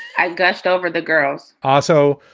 i gushed over the girls also,